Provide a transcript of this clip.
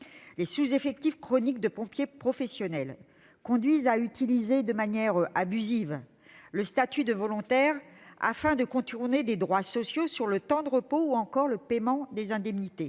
Le sous-effectif chronique des pompiers professionnels conduit à utiliser de manière abusive le statut de volontaire afin de contourner les droits sociaux concernant le temps de repos ou le paiement des indemnités.